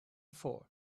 for